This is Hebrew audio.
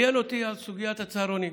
הוא ראיין אותי על סוגיית הצהרונים.